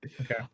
Okay